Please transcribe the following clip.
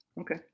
Okay